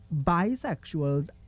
bisexuals